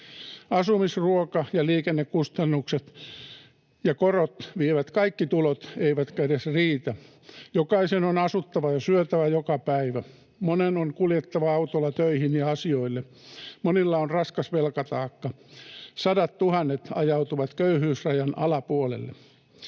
Asumis-, ruoka- ja liikennekustannukset ja korot vievät kaikki tulot, eivätkä ne edes riitä. Jokaisen on asuttava ja syötävä joka päivä. Monen on kuljettava autolla töihin ja asioille. Monilla on raskas velkataakka. Sadattuhannet ajautuvat köyhyysrajan alapuolelle.